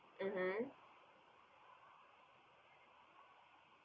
mmhmm